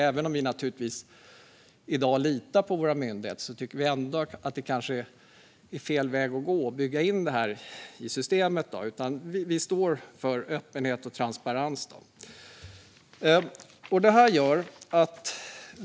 Även om vi i dag naturligtvis litar på våra myndigheter tycker vi att det är fel väg att gå att bygga in det här i systemet. Vi står för öppenhet och transparens.